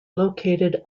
located